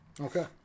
okay